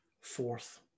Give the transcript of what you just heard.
Fourth